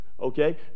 Okay